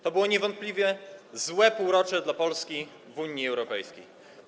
To było niewątpliwie złe półrocze dla Polski w Unii Europejskiej.